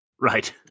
Right